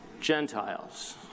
Gentiles